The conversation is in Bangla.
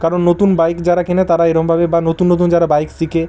কারণ নতুন বাইক যারা কেনে তারা এরকমভাবে বা নতুন নতুন যারা বাইক শেখে